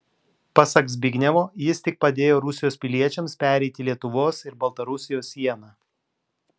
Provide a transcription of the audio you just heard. pasak zbignevo jis tik padėjo rusijos piliečiams pereiti lietuvos ir baltarusijos sieną